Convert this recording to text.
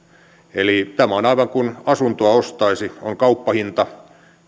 eli tämä on aivan kuin asuntoa ostaisi on kauppahinta